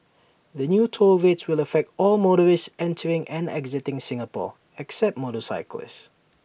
the new toll rates will affect all motorists entering and exiting Singapore except motorcyclists